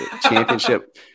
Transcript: championship